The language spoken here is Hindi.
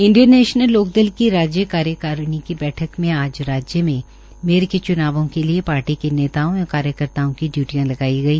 इंडियन नेशनल लोकदल इनेलो की राज्य कार्यकारिणी की बैठक में आज राज्य में मेयर के चूनावों के लिए पार्टी के नेताओं एवं कार्यकर्ताओं की ड्यूटियां लगाई गई